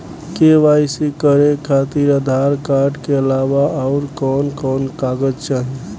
KYC करे खातिर Aadhaar card के अलावा आउरकवन कवन कागज चाहीं?